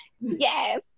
yes